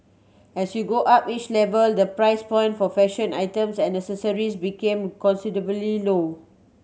as you go up each level the price point for fashion items and accessories becomes considerably low